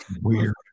weird